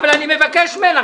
אבל אני מבקש ממנה,